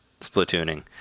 splatooning